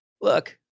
look